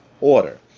order